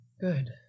Good